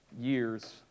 Years